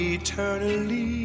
eternally